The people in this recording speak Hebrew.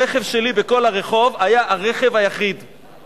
הרכב שלי היה הרכב היחיד בכל הרחוב.